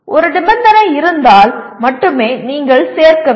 ஒரு நிபந்தனை இருந்தால் மட்டுமே நீங்கள் சேர்க்க வேண்டும்